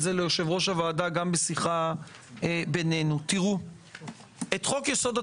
זה ליושב-ראש הוועדה גם בשיחה בינינו: את חוק-יסוד: